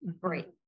Great